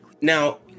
Now